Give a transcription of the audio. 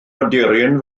aderyn